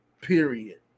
period